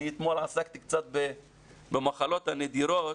אני אתמול עסקתי קצת במחלות הנדירות.